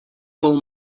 pull